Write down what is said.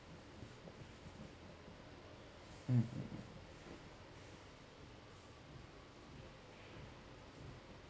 mm